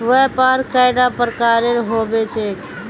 व्यापार कैडा प्रकारेर होबे चेक?